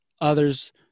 others